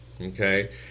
Okay